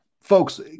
Folks